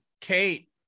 Kate